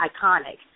iconic